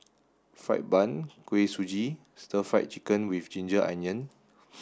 fried bun Kuih Suji and stir fried chicken with ginger onion